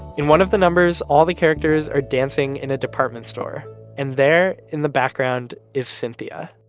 in one of the numbers, all the characters are dancing in a department store and there in the background is cynthia